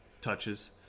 touches